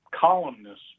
columnists